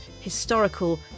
historical